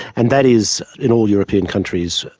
and that is in all european countries,